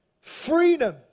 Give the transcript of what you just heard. freedom